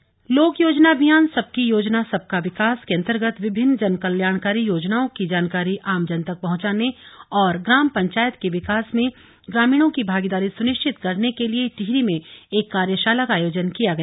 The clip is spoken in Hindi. कार्यशाला टिहरी लोक योजना अभियान सबकी योजना सबका विकास के अन्तर्गत विभिन्न जनकल्याणकारी योजनाओं की जानकारी आमजन तक पंहचाने और ग्राम पंचायत के विकास में ग्रामीणों की भागीदारी सुनिश्चित करने के लिए टिहरी में एक कार्यशाला का आयोजन किया गया